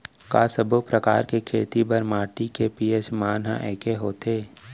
का सब्बो प्रकार के खेती बर माटी के पी.एच मान ह एकै होथे?